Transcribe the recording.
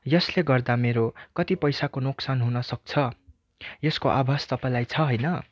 यसले गर्दा मेरो कति पैसाको नोक्सान हुनसक्छ यसको आभास तपाईँलाई छ होइन